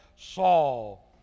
Saul